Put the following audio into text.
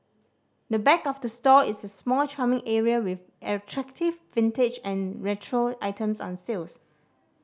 the back of the store is a small charming area with attractive vintage and retro items on sales